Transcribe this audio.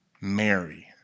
Mary